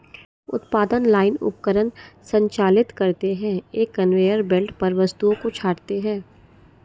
उत्पादन लाइन उपकरण संचालित करते हैं, एक कन्वेयर बेल्ट पर वस्तुओं को छांटते हैं